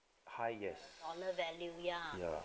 high yes value ya